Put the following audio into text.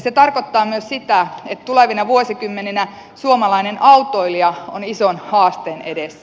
se tarkoittaa myös sitä että tulevina vuosikymmeninä suomalainen autoilija on ison haasteen edessä